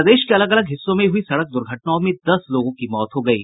प्रदेश के अलग अलग हिस्सों में हुई सड़क दुर्घटना में दस लोगों की मौत हो गयी